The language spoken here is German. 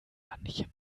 manchem